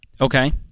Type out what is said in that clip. Okay